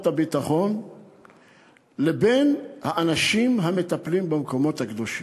הביטחון לבין האנשים המטפלים במקומות הקדושים.